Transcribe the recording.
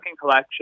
collection